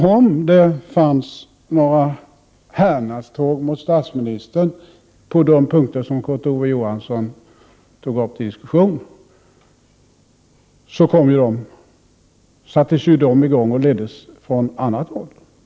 Om det fanns några härnadståg mot statsministern på de punkter som Kurt Ove Johansson tog upp till diskussion, sattes de i gång och leddes från annat håll.